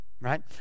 right